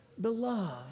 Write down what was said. Beloved